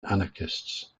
anarchists